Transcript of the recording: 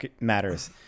matters